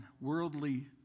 worldly